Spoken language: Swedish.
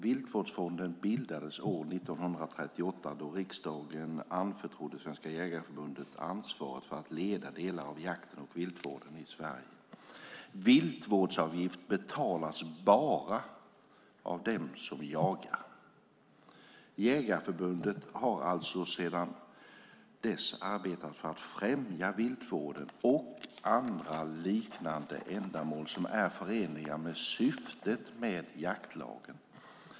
Viltvårdsfonden bildades år 1938 då riksdagen anförtrodde Svenska Jägareförbundet ansvaret för att leda delar av jakten och viltvården i Sverige. Viltvårdsavgift betalas bara av dem som jagar. Jägareförbundet har alltsedan dess arbetat för att främja viltvården och andra liknande ändamål som är förenliga med syftet med jaktlagen.